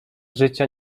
życia